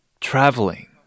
traveling